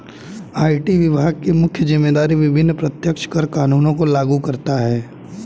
IT विभाग की मुख्य जिम्मेदारी विभिन्न प्रत्यक्ष कर कानूनों को लागू करता है